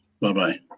Bye-bye